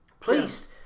Please